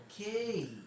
Okay